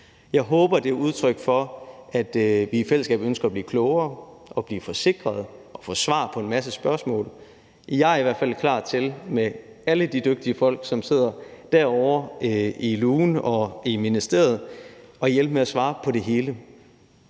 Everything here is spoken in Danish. Jeg håber, det er udtryk for, at vi i fællesskab ønsker at blive klogere og blive forsikret og få svar på en masse spørgsmål. Jeg er i hvert fald klar til sammen med alle de dygtige folk, som sidder derovre i lugen og i ministeriet, at hjælpe med at svare på det hele.